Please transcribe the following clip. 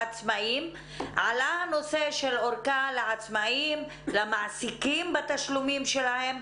עלה הנושא של ארכה לעצמאים וארכה למעסיקים בתשלומים שלהם.